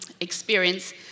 experience